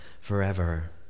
forever